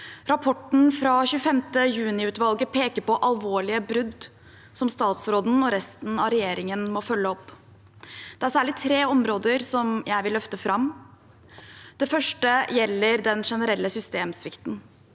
Rapporten fra 25. juni-utvalget peker på alvorlige brudd som statsråden og resten av regjeringen må følge opp. Det er særlig tre områder som jeg vil løfte fram. Det første gjelder den generelle systemsvikten.